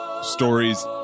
Stories